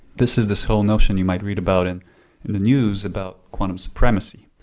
this is the sole notion you might read about in the news about quantum supremacy.